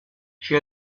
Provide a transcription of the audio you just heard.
she